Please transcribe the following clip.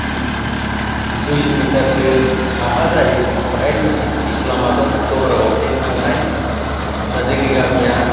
दुइश' मिटारसो साहा जायो बेवहाय मोनसे फिस लामा दं दब्रागाव जे थांनाय दा जोंनि गामिया